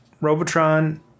Robotron